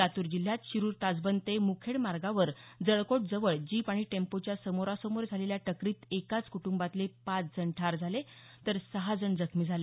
लातूर जिल्ह्यात शिरूर ताजबंद ते मुखेड मार्गावर जळकोट जवळ जीप आणि टेंपोच्या समोरासमोर झालेल्या टक्करीत एकाच कुटुंबातले पाच जण ठार झाले तर सहा जण जखमी झाले